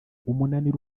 umunaniro